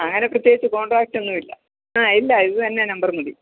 അങ്ങനെ പ്രത്യേകിച്ച് കോൺടാക്റ്റ് ഒന്നുമില്ല ആ ഇല്ല ഇത് തന്നെ നമ്പർ മതി